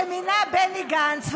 שמינה בני גנץ,